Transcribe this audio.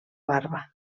barba